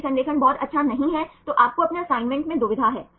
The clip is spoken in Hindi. यदि संरेखण बहुत अच्छा नहीं है तो आपको अपने असाइनमेंट में दुविधा है